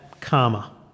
karma